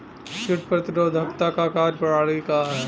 कीट प्रतिरोधकता क कार्य प्रणाली का ह?